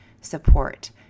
support